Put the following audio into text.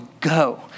go